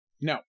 No